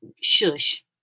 shush